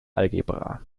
algebra